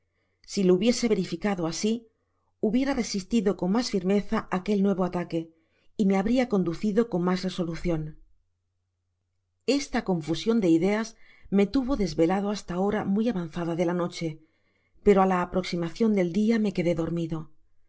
si lo hubiese verificado asi hubiera resistido con mas firmeza aquel nuevo ataque y me habria conducido con mas resolucion esta confusion de ideas me tuvo desvelado hasta ahora muy avanzada de la noche pero á la aproximacion del dia me quedé dormido